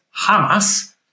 Hamas